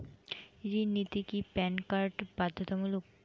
ঋণ নিতে কি প্যান কার্ড বাধ্যতামূলক?